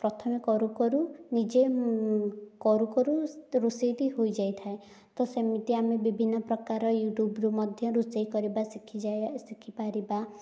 ପ୍ରଥମେ କରୁ କରୁ ନିଜେ କରୁ କରୁ ରୋଷେଇଟି ହୋଇଯାଇଥାଏ ତ ସେମିତି ଆମେ ବିଭିନ୍ନ ପ୍ରକାର ୟୁଟ୍ୟୁବ୍ରୁ ମଧ୍ୟ ରୋଷେଇ କରିବା ଶିଖି ଯାଏ ଶିଖିପାରିବା